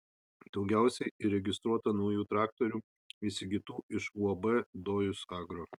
daugiausiai įregistruota naujų traktorių įsigytų iš uab dojus agro